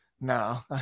no